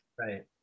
Right